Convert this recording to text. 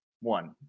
one